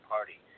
Party